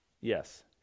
Yes